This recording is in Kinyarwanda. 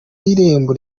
y’irembo